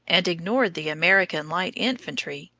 and ignored the american light-infantry,